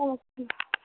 नमस्ते